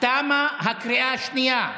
תמה הקריאה השנייה.